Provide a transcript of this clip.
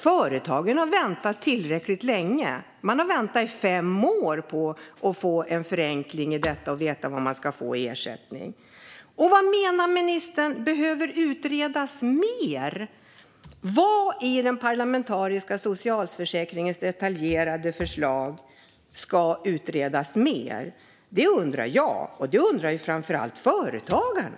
Företagen har väntat tillräckligt länge - i fem år - på att få en förenkling och få veta vilken ersättning man ska få. Vad är det som behöver utredas mer, menar ministern? Vad i den parlamentariska socialförsäkringsutredningens detaljerade förslag ska utredas mer? Det undrar jag, och det undrar framför allt företagarna.